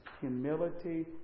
humility